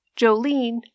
Jolene